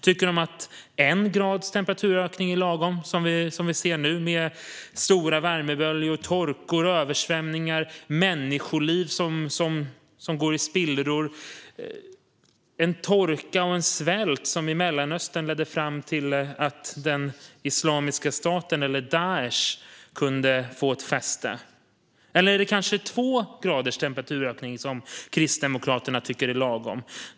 Tycker de att det är lagom med en grads temperaturökning, som vi ser nu, med stora värmeböljor, torkor, översvämningar och människoliv som går i spillror? I Mellanöstern ledde torkan och svälten fram till att Islamiska staten eller Daish kunde få fäste. Är det kanske två graders temperaturökning som Kristdemokraterna tycker är lagom?